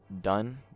done